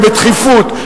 ובדחיפות,